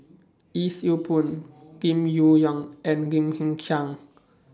Yee Siew Pun Lim Yong Liang and Lim Hng Kiang